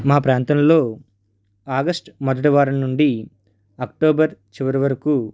మా ప్రాంతంలో ఆగస్ట్ మొదటి వారం నుండి అక్టోబర్ చివరి వరకు